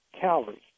calories